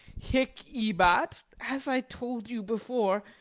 hic ibat as i told you before,